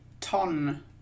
ton